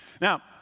Now